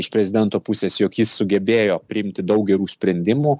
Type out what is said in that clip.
iš prezidento pusės jog jis sugebėjo priimti daug gerų sprendimų